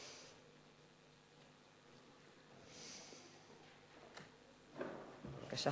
בבקשה,